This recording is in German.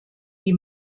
die